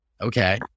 Okay